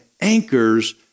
anchors